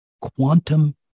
quantum